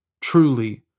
Truly